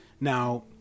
Now